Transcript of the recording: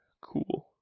cool